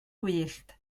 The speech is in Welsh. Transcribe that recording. gwyllt